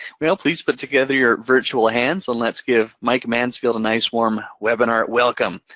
well, please put together your virtual hands, and let's give mike mansfield a nice, warm, webinar welcome.